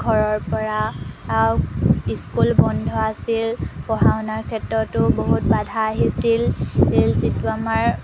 ঘৰৰপৰা আৰু স্কুল বন্ধ আছিল পঢ়া শুনাৰ ক্ষেত্ৰতো বহুত বাধা আহিছিল যিটো আমাৰ